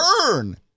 burn